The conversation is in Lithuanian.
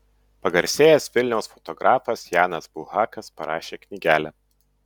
pagarsėjęs vilniaus fotografas janas bulhakas parašė knygelę